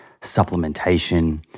supplementation